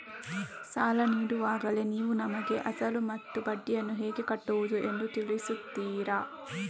ಸಾಲ ನೀಡುವಾಗಲೇ ನೀವು ನಮಗೆ ಅಸಲು ಮತ್ತು ಬಡ್ಡಿಯನ್ನು ಹೇಗೆ ಕಟ್ಟುವುದು ಎಂದು ತಿಳಿಸುತ್ತೀರಾ?